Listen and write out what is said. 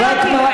את יודעת מה,